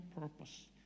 purpose